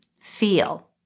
feel